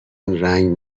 رنگ